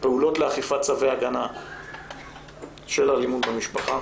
פעולות לאכיפת צווי הגנה של אלימות במשפחה,